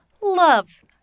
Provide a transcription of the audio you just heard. love